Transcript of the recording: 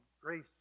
grace